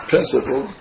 principle